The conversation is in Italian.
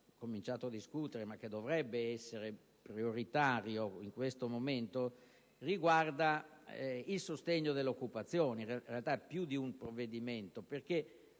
cominciato a discutere, ma che dovrebbe essere prioritario in questo momento, riguarda il sostegno dell'occupazione (in realtà si tratta di più di un provvedimento), perché